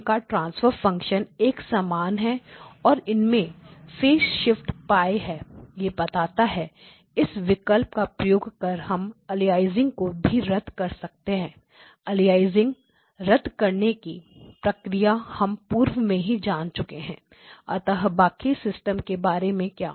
इनका ट्रांसफर फंक्शनएक समान है और इनमें 1 फेस शिफ्ट पाई π है यह बताता है इस विकल्प का प्रयोग कर हम अलियासिंग को भी रद्द कर सकते हैं अलियासिंग रद्द करने की प्रक्रिया को हम पूर्व में ही जान चुके हैं अतः बाकी सिस्टम के बारे में क्या